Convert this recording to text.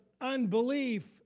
unbelief